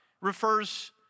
refers